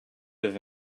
with